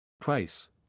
Price